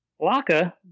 Laka